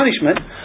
punishment